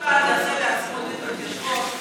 אחד יעשה לעצמו חשבון.